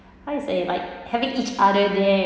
how you say like having each other there